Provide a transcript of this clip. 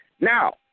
Now